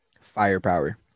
Firepower